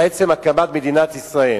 על עצם הקמת מדינת ישראל.